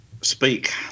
speak